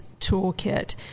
Toolkit